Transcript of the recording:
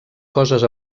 coses